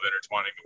intertwining